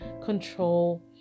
control